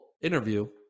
interview